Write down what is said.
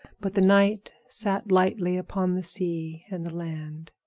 but the night sat lightly upon the sea and the land.